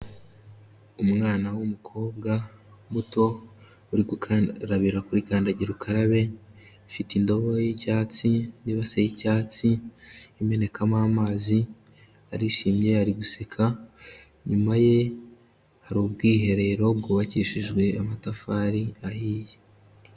Umwana w'umukobwa muto uri gukarabira kuri kandagira ukarabe, afite indobo y'icyatsi n'ibasi y'icyatsi imenekamo amazi, arishimye ari guseka, inyuma ye hari ubwiherero bwubakishijwe amatafari ahiye.